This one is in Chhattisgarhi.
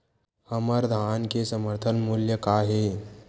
हमर धान के समर्थन मूल्य का हे?